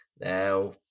Now